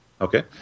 Okay